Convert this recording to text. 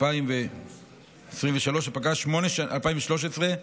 התשע"ג 2013,